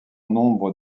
nombre